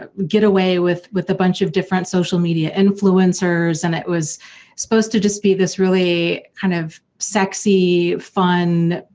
ah getaway with with a bunch of different social media influencers and it was supposed to just be this really kind of sexy, fun,